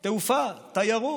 תעופה, תיירות,